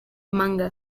manga